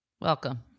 Welcome